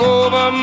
over